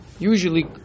Usually